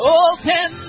open